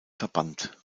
verbannt